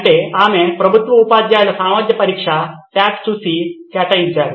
అంటే ఆమెకు ప్రభుత్వ ఉపాధ్యాయుల సామర్థ్య పరీక్ష చూసి కేటాయించారు